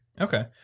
Okay